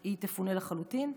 היא תפונה לחלוטין.